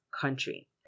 country